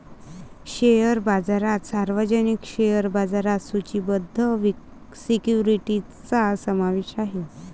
share बाजारात सार्वजनिक share बाजारात सूचीबद्ध सिक्युरिटीजचा समावेश आहे